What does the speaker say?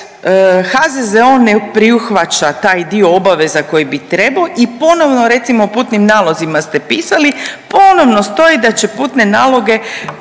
HZZO ne prihvaća taj dio obaveza koji bi trebao i ponovno, recimo, putnim nalozima ste pisali, ponovno stoji da će putne naloge